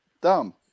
Dumb